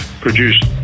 produced